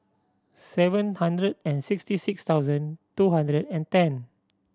seven hundred and sixty six thousand two hundred and ten